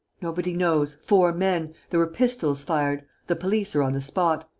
nobody knows. four men. there were pistols fired. the police are on the spot.